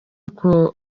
uku